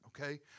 okay